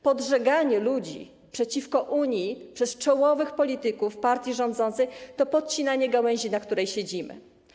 Podżeganie ludzi przeciwko Unii przez czołowych polityków partii rządzącej to podcinanie gałęzi, na której siedzimy.